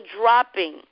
dropping